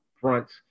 fronts